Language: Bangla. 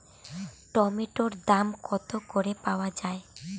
টমেটোর দাম কত করে পাওয়া যায়?